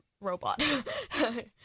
robot